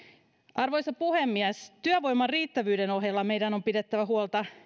arvoisa puhemies työvoiman riittävyyden ohella meidän on pidettävä huolta